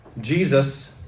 Jesus